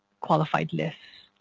qualified list.